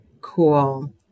cool